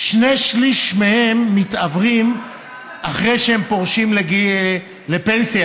ושני שלישים מהם מתעוורים אחרי שהם פורשים לפנסיה,